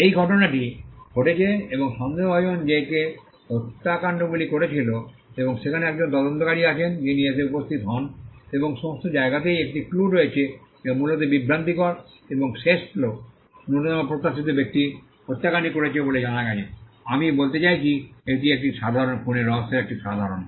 এই ঘটনাটি ঘটেছে এবং সন্দেহভাজন যে কে এই হত্যাকাণ্ডটি করেছিল এবং সেখানে একজন তদন্তকারী আছেন যিনি এসে উপস্থিত হন এবং সমস্ত জায়গাতেই একটি ক্লু রয়েছে যা মূলত বিভ্রান্তিকর এবং শেষে হল ন্যূনতম প্রত্যাশিত ব্যক্তি হত্যাকাণ্ডটি করেছে বলে জানা গেছে আমি বলতে চাইছি এটি একটি সাধারণ খুনের রহস্যের একটি সাধারণ